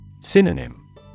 Synonym